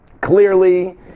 clearly